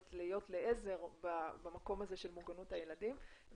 להיות לעזר במקום הזה של מוגנות לילדים.